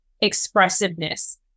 expressiveness